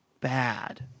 bad